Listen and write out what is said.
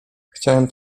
chciałem